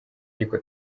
ariko